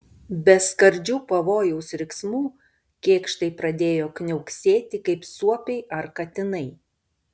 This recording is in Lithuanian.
be skardžių pavojaus riksmų kėkštai pradėjo kniauksėti kaip suopiai ar katinai